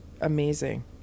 amazing